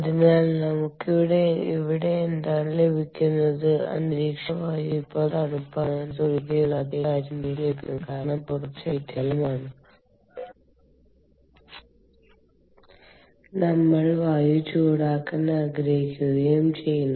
അന്തരീക്ഷ വായു ഇപ്പോൾ തണുപ്പാണ് എന്നത് ഒഴികെയുള്ള അതേ കാര്യം തന്നെ ലഭിക്കും കാരണം പുറത്ത് ശൈത്യകാലമായണ് നമ്മൾ വായു ചൂടാക്കാൻ ആഗ്രഹിക്കുകയും ചെയുന്നു